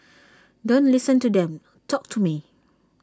don't listen to them talk to me